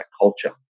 culture